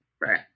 Right